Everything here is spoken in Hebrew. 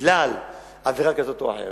בגלל עבירה כזו או אחרת.